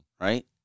right